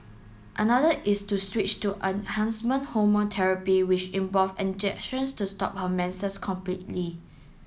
another is to switch to enhancement hormone therapy which involved injections to stop her menses completely